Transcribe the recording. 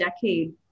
decade